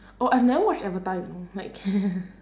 oh I've never watch avatar you know like